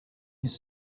his